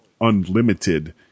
unlimited